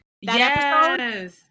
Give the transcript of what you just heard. Yes